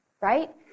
Right